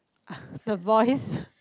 ah the boys